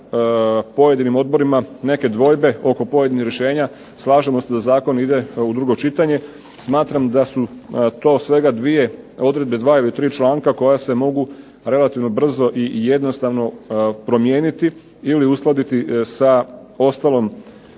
pojedinim odborima neke dvojbe oko pojedinih rješenja slažemo se da zakon ide u drugo čitanje, smatram da su to svega dvije odredbe dva ili tri članka koja se mogu relativno brzo i jednostavno promijeniti ili uskladiti sa ostalim